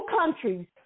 countries